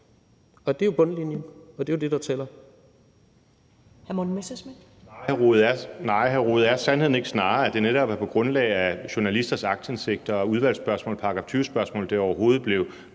Og det er jo bundlinjen, og det er jo det, der tæller.